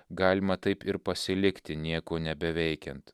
galima taip ir pasilikti nieko nebeveikiant